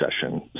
session